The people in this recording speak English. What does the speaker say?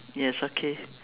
yes okay